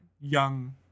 young